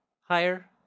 higher